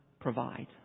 provide